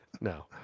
No